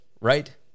right